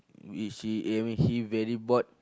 which he aiming he very bored